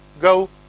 go